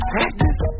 Practice